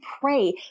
pray